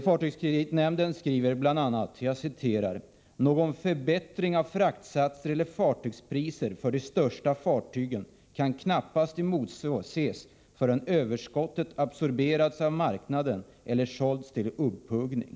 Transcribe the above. Fartygskreditnämnden skriver bl.a.: Någon förbättring av fraktsatser eller fartygspriser för de största fartygen kan knappast emotses förrän överskottet absorberats av marknaden eller sålts till upphuggning.